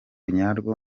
nyarwo